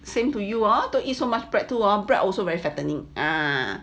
same to you all to eat so much bread to our bread also very fattening ah